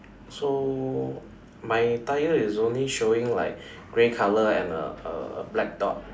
so my tire is only showing like grey colour and a a a black top